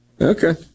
Okay